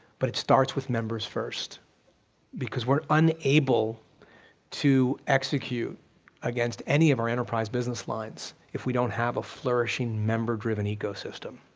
but it starts with members first because we're unable to execute against any of our enterprise business lines if we don't have a flourishing member-driven ecosystem.